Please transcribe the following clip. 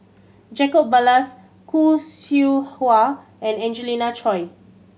Jacob Ballas Khoo Seow Hwa and Angelina Choy